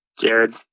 Jared